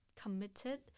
committed